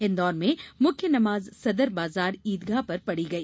इन्दौर में मुख्य नमाज सदर बाजार ईदगाह पर पढ़ी गई